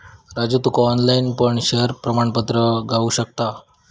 राजू तुका ऑनलाईन पण शेयर प्रमाणपत्र गावु शकता